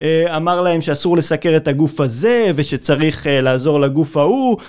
אמר להם שאסור לסקר את הגוף הזה ושצריך לעזור לגוף ההוא.